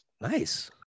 Nice